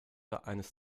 eines